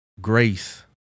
grace